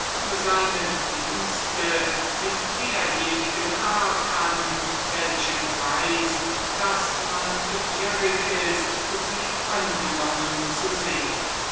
seine dienste mit derjenigen art an welche beweist daß man begierig ist sie angenommen zu sehen